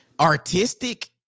artistic